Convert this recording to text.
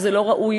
וזה לא ראוי,